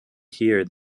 hear